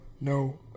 No